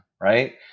right